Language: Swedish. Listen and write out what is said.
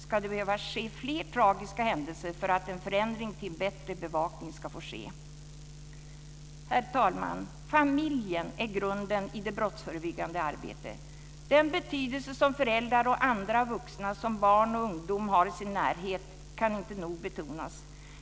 Ska det behöva ske fler tragiska händelser för att en förändring till bättre bevakning ska få ske? Herr talman! Familjen är grunden i det brottsförebyggande arbetet. Den betydelse som föräldrar och andra vuxna som barn och ungdom har i sin närhet kan inte nog betonas.